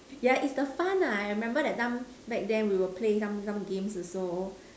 yeah is the fun nah I remember that time back then we will play some some games also